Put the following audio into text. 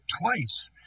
Twice